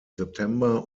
september